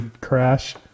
crash